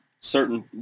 certain